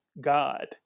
God